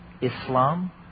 Islam